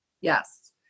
Yes